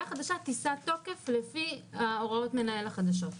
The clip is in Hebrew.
החדשה תישא תוקף לפי ההוראות החדשות של המנהל.